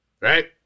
Right